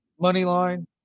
Moneyline